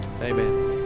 Amen